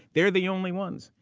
they're the only ones.